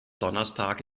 donnerstag